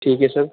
ठीक है सर